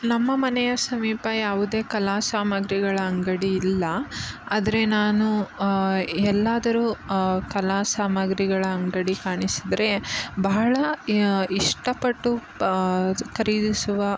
ನಮ್ಮ ಮನೆಯ ಸಮೀಪ ಯಾವುದೇ ಕಲಾ ಸಾಮಾಗ್ರಿಗಳ ಅಂಗಡಿ ಇಲ್ಲ ಆದರೆ ನಾನು ಎಲ್ಲಾದರು ಕಲಾ ಸಾಮಗ್ರಿಗಳ ಅಂಗಡಿ ಕಾಣಿಸಿದರೆ ಬಹಳ ಇಷ್ಟಪಟ್ಟು ಖರೀದಿಸುವ